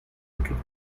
toute